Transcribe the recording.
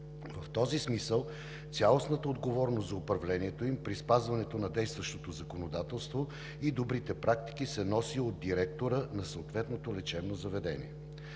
В този смисъл цялостната отговорност за управлението им при спазването на действащото законодателство и добрите практики се носи от директора на съответното лечебно заведение.